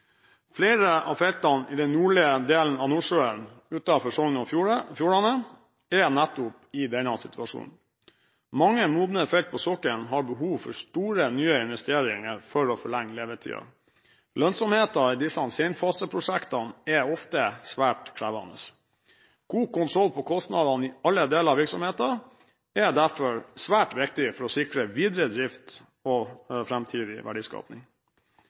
Flere av feltene i den nordlige delen av Nordsjøen utenfor Sogn og Fjordane er nettopp i denne situasjonen. Mange modne felt på sokkelen har behov for store, nye investeringer for å forlenge levetiden. Lønnsomheten i disse senfaseprosjektene er ofte svært krevende. God kontroll på kostnadene i alle deler av virksomheten er derfor svært viktig for å sikre videre drift og framtidig verdiskaping.